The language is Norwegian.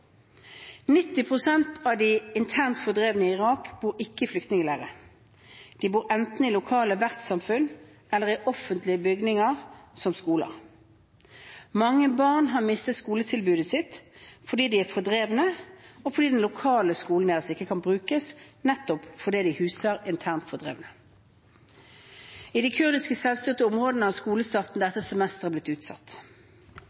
av de internt fordrevne i Irak bor ikke i flyktningleirer. De bor enten i lokale vertssamfunn eller i offentlige bygninger, som skoler. Mange barn har mistet skoletilbudet sitt fordi de er fordrevne, eller fordi den lokale skolen deres ikke kan brukes nettopp fordi de huser internt fordrevne. I de kurdiske selvstyrte områdene har skolestarten